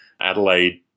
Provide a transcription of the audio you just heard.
Adelaide